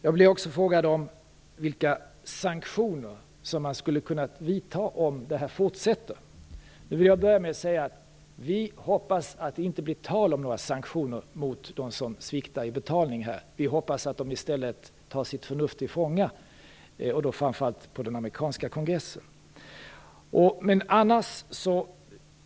Jag blev också tillfrågad om vilka sanktioner man skulle kunna vidta om detta fortsätter. Jag vill börja med att säga att vi hoppas att det inte blir tal om några sanktioner mot dem som sviktar i betalning. Vi hoppas i stället att de tar sitt förnuft till fånga. Det gäller framför allt den amerikanska kongressen.